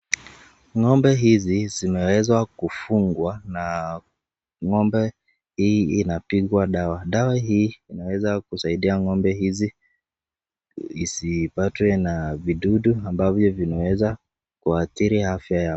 Ng'ombe hizi zimeweza kufungwa na ng'ombe hii inapigwa dawa. Dawa hii inaweza kusaidia ng'ombe hizi isipatwe na vidudu ambavyo vinaweza kuathiri afya yao.